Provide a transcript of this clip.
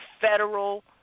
federal